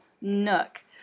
Nook